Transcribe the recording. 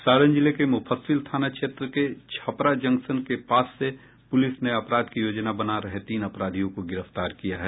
सारण जिले के मुफस्सिल थाना क्षेत्र के छपरा जंक्शन के पास से पूलिस ने अपराध की योजना बना रहे तीन अपराधियों को गिरफ्तार किया है